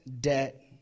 debt